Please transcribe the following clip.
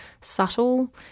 subtle